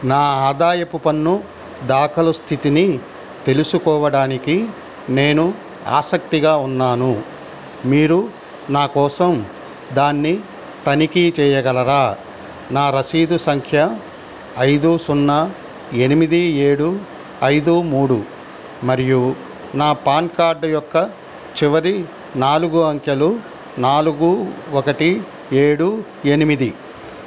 నా ఆదాయపు పన్ను దాఖలు స్థితిని తెలుసుకోవడానికి నేను ఆసక్తిగా ఉన్నాను మీరు నా కోసం దాన్ని తనిఖీ చేయగలరా నా రసీదు సంఖ్య ఐదు సున్నా ఎనిమిది ఏడు ఐదు మూడు మరియు నా పాన్ కార్డ్ యొక్క చివరి నాలుగు అంకెలు నాలుగు ఒకటి ఏడు ఎనిమిది